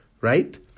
right